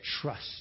trust